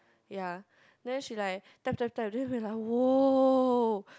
ya then she like type type type then we like !woah!